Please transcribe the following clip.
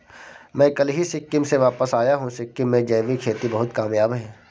मैं कल ही सिक्किम से वापस आया हूं सिक्किम में जैविक खेती बहुत कामयाब है